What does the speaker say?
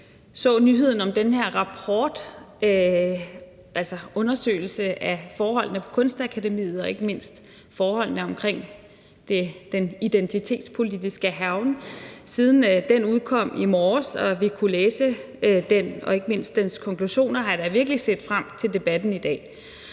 så nyheden om den her rapport, altså en undersøgelse af forholdene på Kunstakademiet og ikke mindst forholdene omkring den identitetspolitiske hærgen. Siden den udkom i morges og vi kunne læse den og ikke mindst dens konklusioner, har jeg da virkelig set frem til debatten i dag.